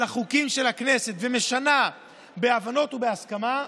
החוקים של הכנסת ומשנה בהבנות ובהסכמה,